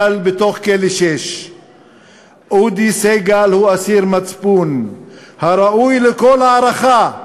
בתוך כלא 6. אודי סגל הוא אסיר מצפון הראוי לכל הערכה,